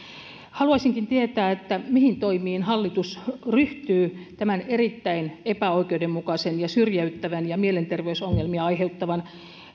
haluaisinkin tietää mihin toimiin hallitus ryhtyy erittäin epäoikeudenmukaisen ja syrjäyttävän ja mielenterveysongelmia aiheuttavan